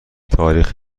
تاریخ